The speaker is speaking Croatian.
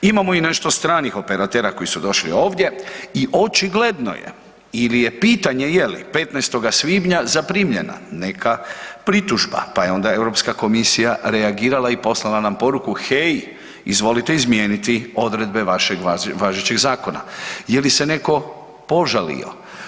Imamo i nešto stranih operatera koji su došli ovdje i očigledno je ili je pitanje je li 15.svibnja zaprimljena neka pritužba pa je onda Europska komisija reagirala i poslala nam poruku, hej izvolite izmijeniti odredbe vašeg važećeg zakona, je li se neko požalio.